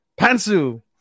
Pansu